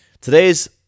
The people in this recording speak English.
today's